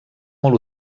molt